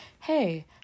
hey